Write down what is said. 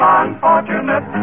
unfortunate